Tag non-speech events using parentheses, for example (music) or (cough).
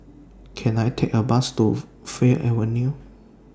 Can I Take A Bus to (noise) Fir Avenue